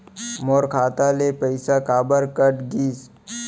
मोर खाता ले पइसा काबर कट गिस?